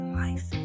life